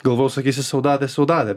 galvojau sakysi saudade saudade